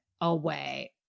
away